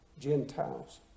Gentiles